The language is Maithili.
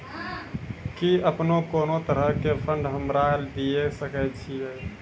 कि अपने कोनो तरहो के फंड हमरा दिये सकै छिये?